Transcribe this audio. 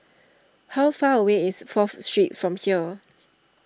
how far away is Fourth Street from here